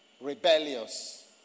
rebellious